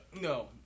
No